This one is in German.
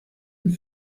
und